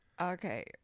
Okay